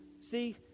See